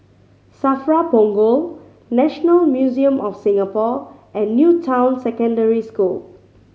SAFRA Punggol National Museum of Singapore and New Town Secondary School